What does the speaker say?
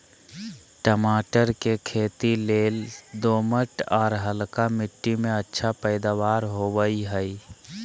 टमाटर के खेती लेल दोमट, आर हल्का मिट्टी में अच्छा पैदावार होवई हई